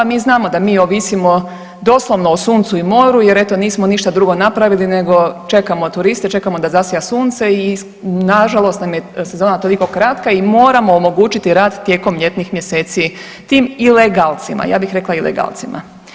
Mi znamo da mi ovisimo doslovno o suncu i moru jer eto nismo ništa drugo napravili nego čekamo turiste, čekamo da zasja sunce i nažalost nam je sezona toliko kratka i moramo omogućiti rad tijekom ljetnih mjeseci tim ilegalcima, ja bih rekla ilegalcima.